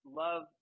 love